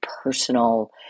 personal